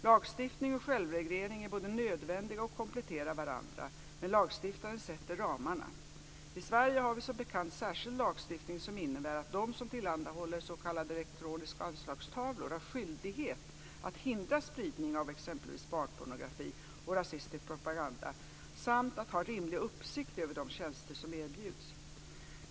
Lagstiftning och självreglering är båda nödvändiga och kompletterar varandra, men lagstiftaren sätter ramarna. I Sverige har vi som bekant särskild lagstiftning som innebär att de som tillhandahåller s.k. elektroniska anslagstavlor har skyldighet att hindra spridning av exempelvis barnpornografi och rasistisk propaganda samt att ha rimlig uppsikt över de tjänster som erbjuds.